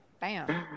bam